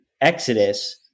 Exodus